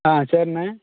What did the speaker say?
ஆ சரிண்ணே